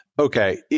okay